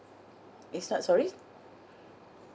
it's not sorry